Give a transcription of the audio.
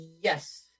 Yes